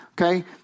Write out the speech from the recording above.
okay